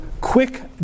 quick